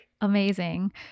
Amazing